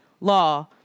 law